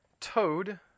Toad